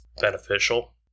beneficial